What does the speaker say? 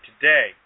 today